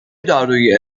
داروهایی